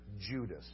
Judas